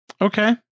Okay